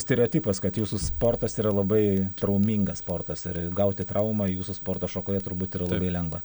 stereotipas kad jūsų sportas yra labai traumingas sportas ir gauti traumą jūsų sporto šakoje turbūt yra labai lengva